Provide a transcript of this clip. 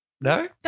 No